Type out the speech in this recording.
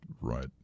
Right